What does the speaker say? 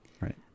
Right